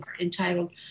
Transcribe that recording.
entitled